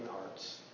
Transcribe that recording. hearts